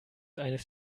eines